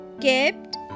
kept